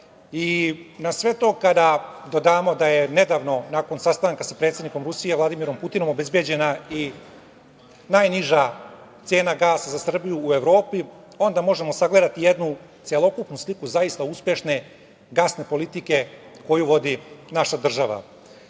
sve to kada dodamo da je nedavno, nakon sastanka sa predsednikom Rusije Vladimirom Putinom, obezbeđena i najniža cena gasa za Srbiju u Evropi, onda možemo sagledati jednu celokupnu sliku zaista uspešne gasne politike koju vodi naša država. Zaista